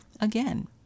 again